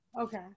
Okay